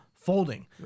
Folding